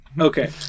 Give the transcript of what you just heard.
okay